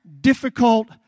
difficult